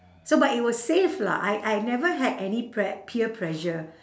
so but it was safe lah I I never had any pre~ peer pressure